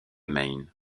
main